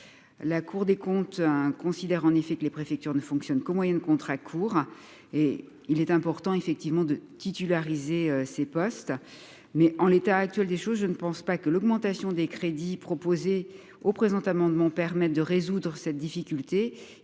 la Cour des comptes, hein, considère en effet que les préfectures ne fonctionne qu'au moyen de contrats courts et il est important effectivement de titulariser ces postes mais en l'état actuel des choses, je ne pense pas que l'augmentation des crédits proposés au présent amendement permettent de résoudre cette difficulté,